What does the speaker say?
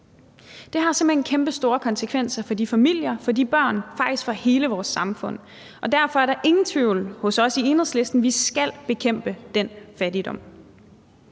hen kæmpestore konsekvenser for de familier, for de børn og faktisk for hele vores samfund. Derfor er der ingen tvivl hos os i Enhedslisten: Vi skal bekæmpe den fattigdom.